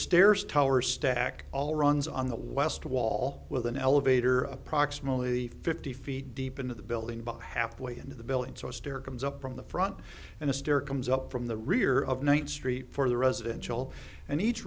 stairs tower stack all runs on the west wall with an elevator approximately fifty feet deep into the building but halfway into the building so a stair comes up from the front and a stair comes up from the rear of ninth street for the residential and each